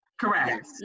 Correct